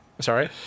Sorry